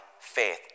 faith